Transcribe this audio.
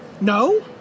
No